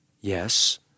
Yes